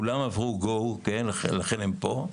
כולם עברו GO ולכן הם פה,